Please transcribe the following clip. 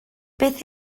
beth